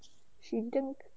shin gen